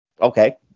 Okay